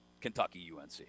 Kentucky-UNC